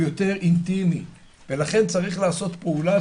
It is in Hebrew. הוא יותר אינטימי ולכן צריך לעשות פעולה,